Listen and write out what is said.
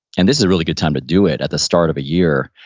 and this is a really good time to do it at the start of a year,